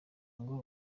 ngo